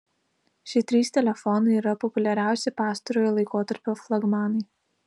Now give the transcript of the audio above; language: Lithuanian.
šie trys telefonai yra populiariausi pastarojo laikotarpio flagmanai